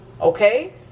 Okay